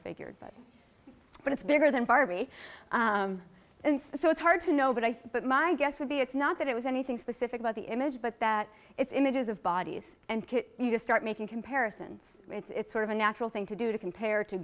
figured but but it's bigger than barbie and so it's hard to know what i say but my guess would be it's not that it was anything specific about the image but that it's images of bodies and you just start making comparisons it's sort of a natural thing to do to compare to